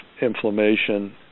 inflammation